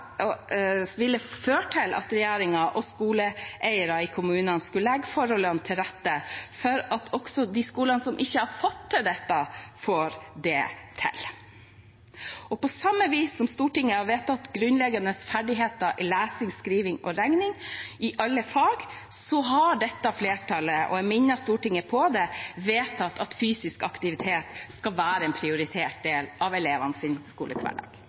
ville føre til at regjeringen og skoleeiere i kommunene skulle legge forholdene til rette for at også de skolene som ikke har fått dette til, får det. På samme vis som at Stortinget har vedtatt å sikre grunnleggende ferdigheter i lesing, skriving og regning i alle fag, har dette flertallet – og jeg minner Stortinget på det – vedtatt at fysisk aktivitet skal være en prioritert del av elevenes skolehverdag.